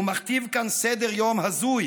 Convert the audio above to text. ומכתיב כאן סדר-יום הזוי,